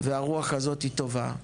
והרוח הזאת היא טובה.